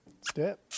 Step